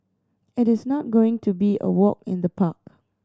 it is not going to be a walk in the park